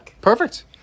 Perfect